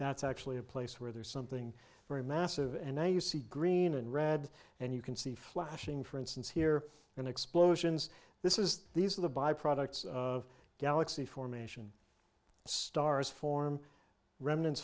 that's actually a place where there's something very massive and now you see green and red and you can see flashing for instance here and explosions this is these are the by products of galaxy formation stars form remnants